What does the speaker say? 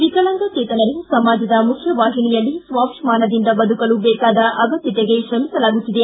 ವಿಕಲಾಂಗಚೇತನರು ಸಮಾಜದ ಮುಖ್ಯವಾಹಿಣಿಯಲ್ಲಿ ಸ್ವಾಭಿಮಾನದಿಂದ ಬದುಕಲು ಬೇಕಾದ ಅಗತ್ತತೆಗೆ ತ್ರಮಿಸಲಾಗುತ್ತಿದೆ